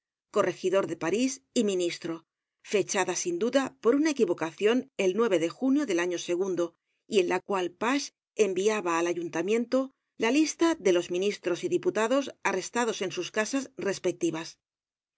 de parís y ministro fechada sin duda por una equivocacion el de junio del año ii y en la cual pache enviaba al ayuntamiento la lista de los ministros y diputados arrestados en sus casas respectivas